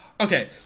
okay